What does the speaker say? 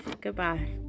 Goodbye